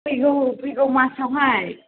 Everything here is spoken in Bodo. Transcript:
फैगौ फैगौ मासावहाय